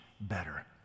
better